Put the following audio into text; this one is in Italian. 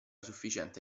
sufficiente